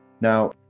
Now